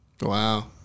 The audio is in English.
Wow